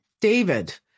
David